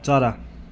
चरा